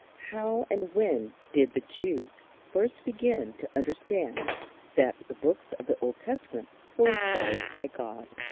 how and when did the jews first begin to understand that the books of the old testament were inspired by god.